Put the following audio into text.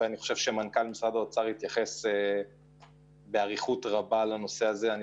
אני חושב שמנכ"ל המשרד התייחס באריכות לנושא, אין